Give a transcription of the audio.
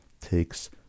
takes